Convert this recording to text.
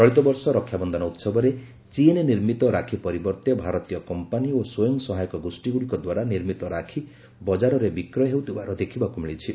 ଚଳିତବର୍ଷ ରକ୍ଷାବନ୍ଧନ ଉତ୍ସବରେ ଚୀନ୍ ନିର୍ମିତ ରାକ୍ଷୀ ପରିବର୍ତ୍ତେ ଭାରତୀୟ କମ୍ପାନି ଓ ସ୍ୱଂୟସହାୟକ ଗୋଷ୍ଠାଗୁଡ଼ିକ ଦ୍ୱାରା ନିର୍ମିତ ରାକ୍ଷୀ ବଜାରରେ ବିକ୍ରୟ ହେଉଥିବାର ଦେଖିବାକୁ ମିଳିଛି